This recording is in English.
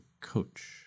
coach